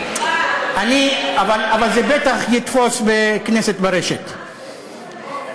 אבל זה בטח יתפוס ב"כנסת ברשת".